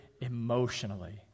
emotionally